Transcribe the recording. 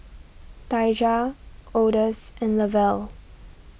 Daijah Odus and Lavelle